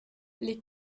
les